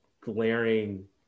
glaring